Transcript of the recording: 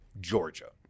Georgia